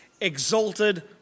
exalted